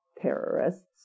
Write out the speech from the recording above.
terrorists